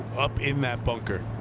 up in that bunker.